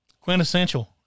Quintessential